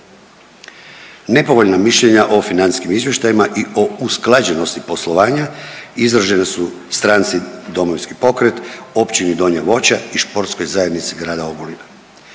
Nepovoljna mišljenja o financijskim izvještajima i o usklađenosti poslovanja izražena stranci Domovinski pokret, Općini Donje Voća i Sportskoj zajednici grada Ogulina.